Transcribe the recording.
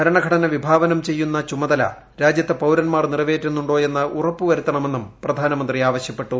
ഭരണഘടന വിഭാവനം ചെയ്യുന്ന ചുമത്ല രാജ്യത്തെ പൌരൻമാർ നിറവേറ്റുന്നുണ്ടോ എന്ന് ഉറപ്പുപ്രുത്തണമെന്നും പ്രധാനമന്ത്രി ആവശ്യപ്പെട്ടു